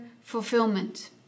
fulfillment